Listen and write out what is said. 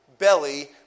belly